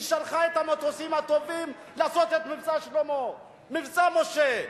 היא שלחה את המטוסים הטובים לעשות את "מבצע שלמה" ו"מבצע משה".